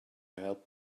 help